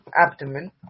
abdomen